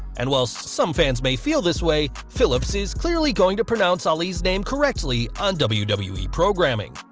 and whilst some fans may feel this way, phillips is clearly going to pronounce ali's name correctly on wwe wwe programming.